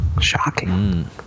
shocking